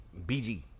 BG